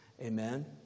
Amen